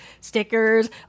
stickers